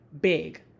big